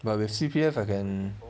but with C_P_F I can